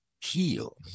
heal